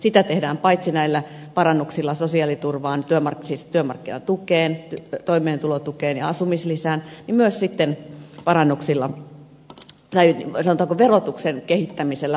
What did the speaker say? sitä tehdään paitsi näillä parannuksilla sosiaaliturvaan siis työmarkkinatukeen toimeentulotukeen ja asumislisään myös parannuksilla tai sanotaanko verotuksen kehittämisellä oikeudenmukaisempaan suuntaan